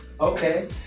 okay